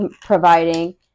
providing